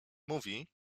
mówi